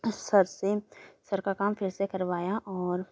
sir से sir का काम फिर से करवाया और